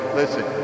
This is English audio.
listen